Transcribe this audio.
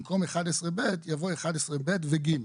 במקום "11(ב)" יבוא "11(ב) ו-(ג)".